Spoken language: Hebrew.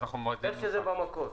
איך שזה במקור.